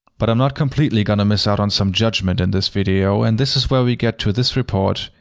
but i'm not completely gonna miss out on some judgement in this video, and this is where we get to this report,